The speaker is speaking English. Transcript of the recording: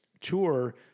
tour